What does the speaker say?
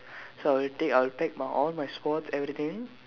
so I will take I'll pack my all my sports everything